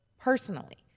personally